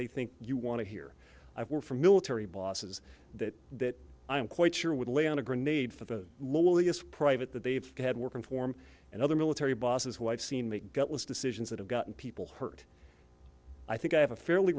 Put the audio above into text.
they think you want to hear i've worked for military bosses that that i'm quite sure would lay on a grenade for the lowliest private that they've had working for him and other military bosses wife seen make get was decisions that have gotten people hurt i think i have a fairly